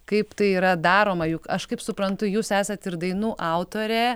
kaip tai yra daroma juk aš kaip suprantu jūs esat ir dainų autorė